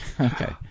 okay